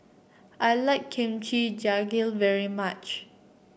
I like Kimchi Jjigae very much